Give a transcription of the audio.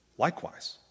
Likewise